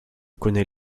connais